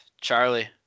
Charlie